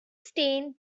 stain